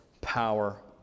power